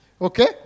okay